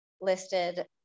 listed